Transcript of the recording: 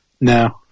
No